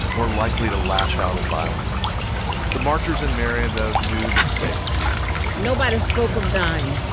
more likely to lash out in violence the marchers in marion, though, knew the stakes nobody spoke of dying.